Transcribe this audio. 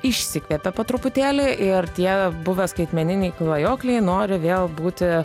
išsikvėpė po truputėlį ir tie buvę skaitmeniniai klajokliai nori vėl būti